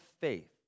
faith